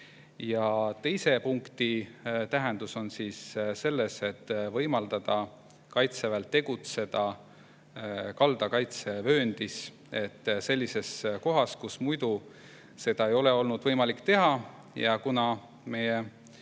Teise punkti tähendus on selles, et võimaldada Kaitseväel tegutseda kaldakaitsevööndis ehk sellises kohas, kus seda muidu ei ole olnud võimalik teha. Kuna